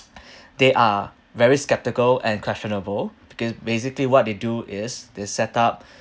they are very skeptical and questionable because basically what they do is they set up